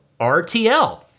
RTL